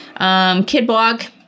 KidBlog